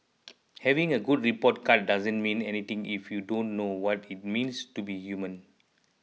having a good report card doesn't mean anything if you don't know what it means to be human